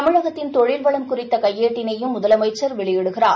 தமிழ்நாட்டின் தொழில் வளம் குறித்த கையேட்டினையும் முதலமைச்சர் வெளியிடுகிறார்